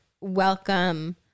welcome